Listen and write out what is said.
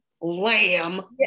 lamb